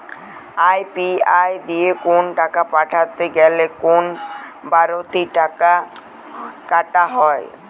UPI দিয়ে কোন টাকা পাঠাতে গেলে কোন বারতি টাকা কি কাটা হয়?